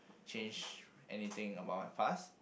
change anything about my past